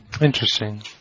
Interesting